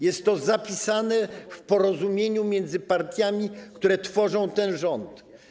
Jest to zapisane w porozumieniu między partiami, które tworzą ten rząd.